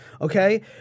Okay